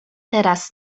teraz